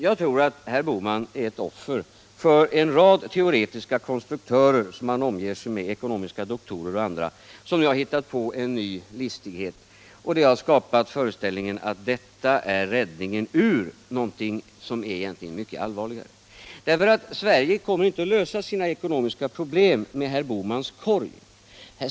Jag tror att herr Bohman är ett offer för en rad teoretiska konstruktörer —- ekonomiska doktorer och andra — som han omger sig med och som nu har hittat på en ny listighet: att försöka skapa föreställningen att detta är räddningen ur någonting som emellertid är mycket allvarligare. Sverige kommer dock inte att kunna lösa sina ekonomiska problem bara med hjälp av herr Bohmans korg.